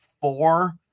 four